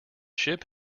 ship